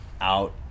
out